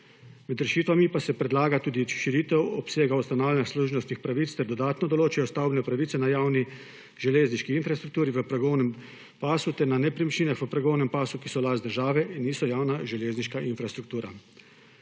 Med rešitvami pa se predlaga tudi širitev obsega ustanavljanja služnostnih pravic ter dodatno določijo stavbne pravice na javni železniški infrastrukturi v progovnem pasu ter na nepremičninah v progovnem pasu, ki so last države in niso javna železniška infrastruktura.